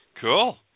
Cool